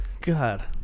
God